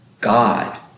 God